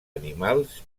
animals